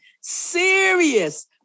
serious